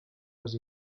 les